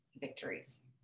victories